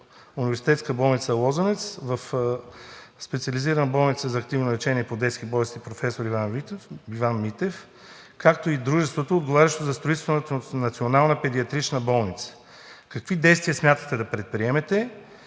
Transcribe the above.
Университетска болница „Лозенец“ в Специализирана болница за активно лечение по детски болести „Професор д-р Иван Митев“ ЕАД, както и дружеството, отговарящо за строителството на Национална педиатрична болница, какви действия смятате да предприемете,